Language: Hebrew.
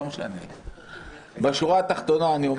בשורה התחתונה: